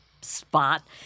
spot